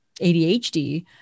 ADHD